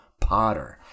Potter